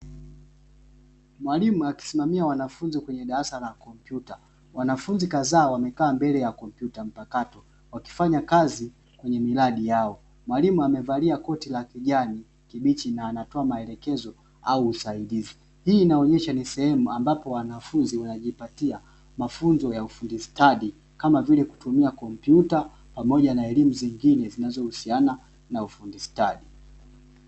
Mwalimu akisimamia wanafunzi kwenye darasa la kopyuta, Wanafunzi kadhaa wamekaa mbele ya kopyuta mpakato wakifanya kazi kwenye miladi Yao , Mwalimu amevaa koti la kijani kibichi na anatoa maelekezo au usaidizi, Hii inaonyesha ni sehemu ambapo wanafunzi wanajipatia mafunzo ya ufundi stadi kama vile; Kutumia kopyuta pamoja na elimu zingine zinazohusiana na ufundi stadi.